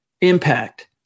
impact